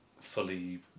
fully